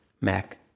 Mac